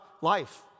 life